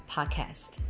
Podcast